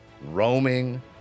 roaming